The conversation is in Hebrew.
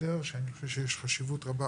שאני חושב שיש עוד יותר חשיבות רבה